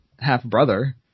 half-brother